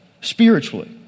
spiritually